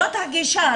זאת הגישה.